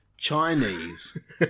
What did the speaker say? Chinese